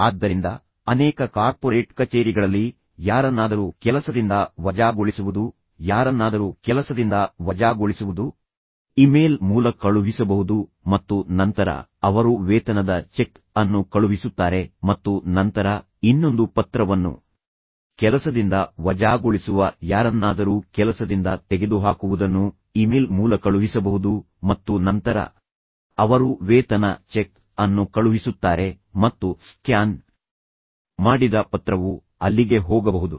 ಆದ್ದರಿಂದ ಅನೇಕ ಕಾರ್ಪೊರೇಟ್ ಕಚೇರಿಗಳಲ್ಲಿ ಯಾರನ್ನಾದರೂ ಕೆಲಸದಿಂದ ವಜಾಗೊಳಿಸುವುದು ಯಾರನ್ನಾದರೂ ಕೆಲಸದಿಂದ ವಜಾಗೊಳಿಸುವುದು ಇಮೇಲ್ ಮೂಲಕ ಕಳುಹಿಸಬಹುದು ಮತ್ತು ನಂತರ ಅವರು ವೇತನದ ಚೆಕ್ ಅನ್ನು ಕಳುಹಿಸುತ್ತಾರೆ ಮತ್ತು ನಂತರ ಇನ್ನೊಂದು ಪತ್ರವನ್ನು ಕೆಲಸದಿಂದ ವಜಾಗೊಳಿಸುವ ಯಾರನ್ನಾದರೂ ಕೆಲಸದಿಂದ ತೆಗೆದುಹಾಕುವುದನ್ನು ಇಮೇಲ್ ಮೂಲಕ ಕಳುಹಿಸಬಹುದು ಮತ್ತು ನಂತರ ಅವರು ವೇತನ ಚೆಕ್ ಅನ್ನು ಕಳುಹಿಸುತ್ತಾರೆ ಮತ್ತು ನಂತರ ಮತ್ತೊಂದು ಪತ್ರವನ್ನು ಬಿಡುತ್ತಾರೆ ಮತ್ತು ಸ್ಕ್ಯಾನ್ ಮಾಡಿದ ಪತ್ರವು ಅಲ್ಲಿಗೆ ಹೋಗಬಹುದು